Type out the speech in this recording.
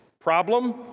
Problem